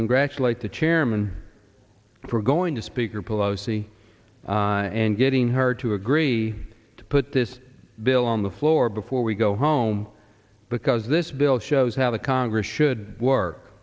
congratulate the chairman for going to speaker pelosi and getting her to agree to put this bill on the floor before we go home because this bill shows how the congress should work